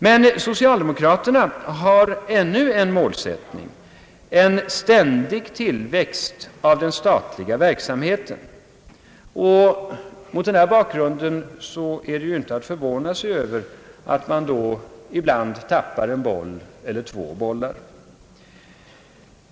Men socialdemokraterna har ännu en målsättning: en ständig tillväxt av den statliga verksamheten. Mot den bakgrunden är det inte att förvåna sig över att de ibland tappar en boll eller två.